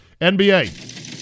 NBA